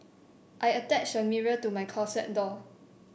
I attached a mirror to my closet door